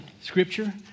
scripture